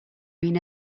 mean